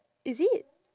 is it